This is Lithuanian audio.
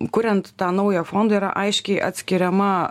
kuriant tą naują fondą yra aiškiai atskiriama